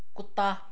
ਕੁੱਤਾ